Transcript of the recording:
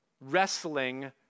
wrestling